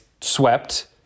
swept